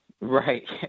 Right